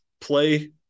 play